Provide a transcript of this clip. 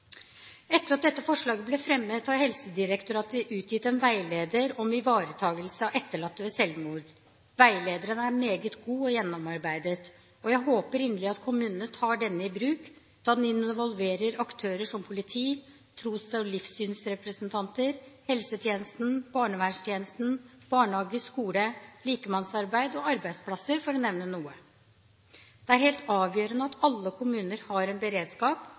Etter at dette forslaget ble fremmet, har Helsedirektoratet utgitt en veileder om ivaretakelse av etterlatte ved selvmord. Veilederen er meget god og gjennomarbeidet. Jeg håper inderlig at kommunene tar denne i bruk, da den involverer aktører som politi, tros- og livssynsrepresentanter, helsetjenesten, barnevernstjenesten, barnehage, skole, likemannsarbeid og arbeidsplasser, for å nevne noe. Det er helt avgjørende at alle kommuner har en beredskap